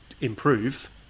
improve